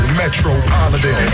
metropolitan